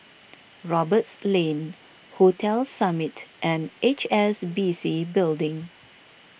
Roberts Lane Hotel Summit and H S B C Building